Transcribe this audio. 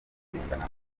kugendana